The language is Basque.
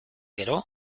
gero